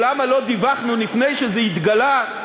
או למה לא דיווחנו לפני שזה התגלה,